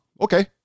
okay